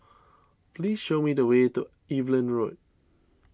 please show me the way to Evelyn Road